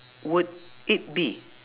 would it be